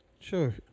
Sure